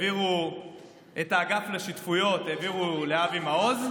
את האגף לשותפויות העבירו לאבי מעוז.